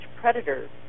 predators